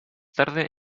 tarde